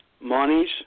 monies